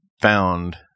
found